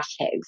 hashtags